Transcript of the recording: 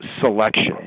selection